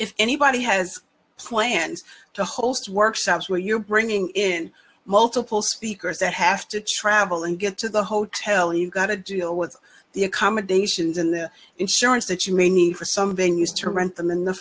if anybody has plans to host workshops where you're bringing in multiple speakers that have to travel and get to the hotel you've got to deal with the accommodations and the insurance that you may need for some venues to rent them